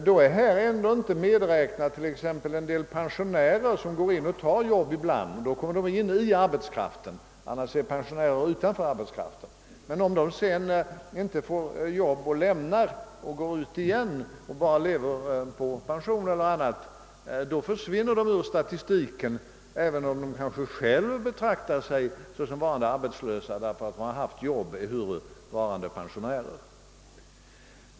Då är här ändå inte medräknade t.ex. en del pensionärer som har jobb ibland och då kommer in i arbetskraften. Annars är pensionärer utanför arbetskraften. Men om de sedan inte får jobb och lämnar sitt ar bete och lever på pension eller annat försvinner de i statistiken, även om de kanske själva betraktar sig såsom varande arbetslösa därför att de har haft jobb ehuru varande pensionärer.